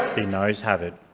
the noes have it.